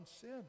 sin